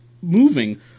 moving